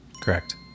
Correct